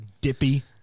Dippy